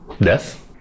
Death